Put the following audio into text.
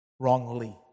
Wrongly